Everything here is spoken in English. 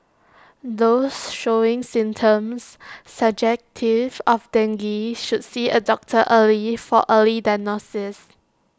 those showing symptoms suggestive of dengue should see A doctor early for early diagnosis